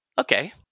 Okay